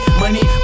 money